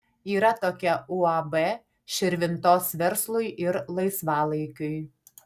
yra tokia uab širvintos verslui ir laisvalaikiui